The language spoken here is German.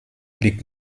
liegt